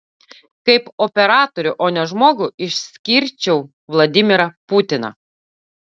kaip operatorių o ne žmogų išskirčiau vladimirą putiną